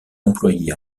employé